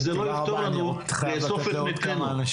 וזה לא יפתור לנו לאסוף את מתינו.